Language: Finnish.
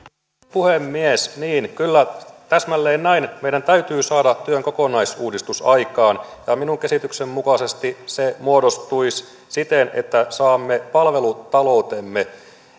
puhemies niin kyllä täsmälleen näin meidän täytyy saada työn kokonaisuudistus aikaan minun käsitykseni mukaisesti se muodostuisi siten että saamme palvelutaloutemme